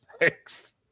Thanks